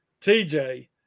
TJ